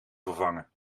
vervangen